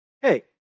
hey